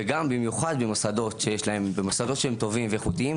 וגם במיוחד במוסדות שהם טובים והם איכותיים,